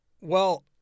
Well-